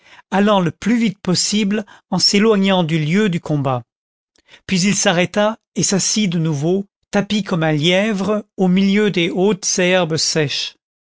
allant le plus vite possible en s'éloignant du lieu du combat puis il s'arrêta et s'assit de nouveau tapi comme un lièvre au milieu des hautes herbes sèches